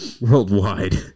Worldwide